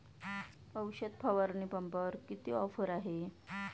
औषध फवारणी पंपावर किती ऑफर आहे?